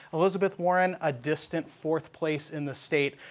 elizabeth warren a distant fourth place in the state.